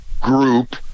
group